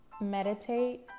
Meditate